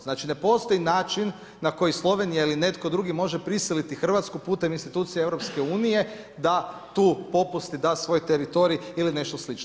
Znači ne postoji način na koji Slovenija ili netko drugi može prisiliti Hrvatsku putem institucije EU da tu popusti, da svoj teritorij ili nešto slično.